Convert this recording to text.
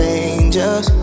angels